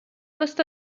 most